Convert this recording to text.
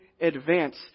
advance